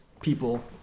people